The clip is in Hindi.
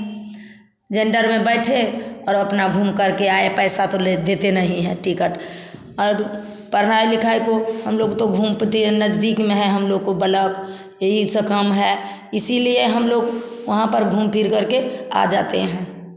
जनरल में बैठे और अपना घूम करके आए पैसा तो ले देते नहीं है टिकट और पढ़ाई लिखाई तो हम लोग तो घूमती नज़दीक में है ब्लॉक यही सब काम है इसीलिए हम लोग वहाँ पर घूम फिर करके आ जाते हैं